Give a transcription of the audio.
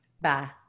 Bye